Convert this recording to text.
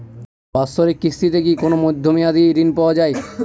বাৎসরিক কিস্তিতে কি কোন মধ্যমেয়াদি ঋণ পাওয়া যায়?